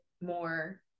more